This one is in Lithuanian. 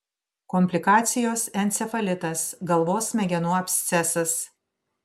komplikacijos encefalitas galvos smegenų abscesas